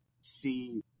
see –